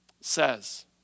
says